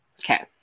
Okay